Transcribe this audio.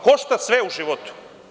Košta sve u životu.